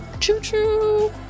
Choo-choo